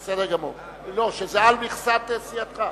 זה על חשבון המכסה של סיעתך.